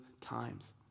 times